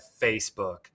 Facebook